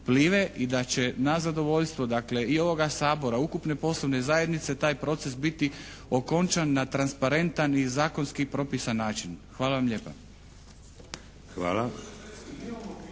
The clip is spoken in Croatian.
i da će na zadovoljstvo, dakle i ovoga Sabora, ukupne poslovne zajednice taj proces biti okončan na transparentan i zakonski propisan način. Hvala vam lijepa.